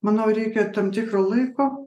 manau reikia tam tikro laiko